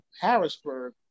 Harrisburg